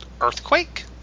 earthquake